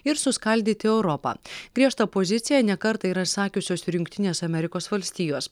ir suskaldyti europą griežtą poziciją ne kartą yra sakiusios ir jungtinės amerikos valstijos